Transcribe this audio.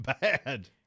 Bad